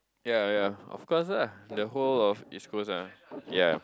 ya ya of course lah the whole of East-Coast ah ya